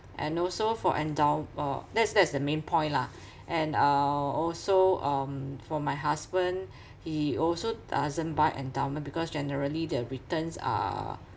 and also for endow~ or that's that's the main point lah and uh also um for my husband he also doesn't buy endowment because generally the returns are